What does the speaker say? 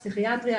פסיכיאטריה,